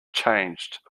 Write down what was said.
changed